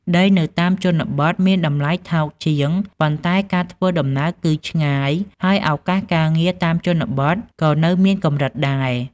ដីនៅតាមជនបទមានតម្លៃថោកជាង ប៉ុន្តែការធ្វើដំណើរគឺឆ្ងាយ ហើយឱកាសការងារតាមជនបទក៏នៅមានកម្រិតដែរ។